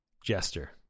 Jester